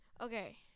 Okay